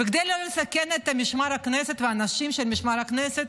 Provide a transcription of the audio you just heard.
וכדי לא לסכן את משמר הכנסת ואת האנשים של משמר הכנסת,